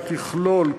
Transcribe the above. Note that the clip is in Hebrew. היא תכלול,